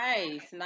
Nice